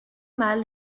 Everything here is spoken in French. mal